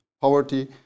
poverty